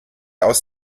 aus